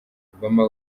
obama